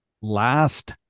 last